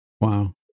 wow